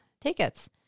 tickets